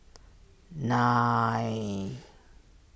nine